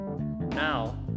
Now